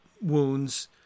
wounds